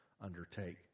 undertake